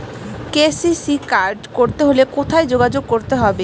KCC card করতে হলে কোথায় যোগাযোগ করতে হবে?